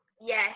Yes